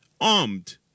armed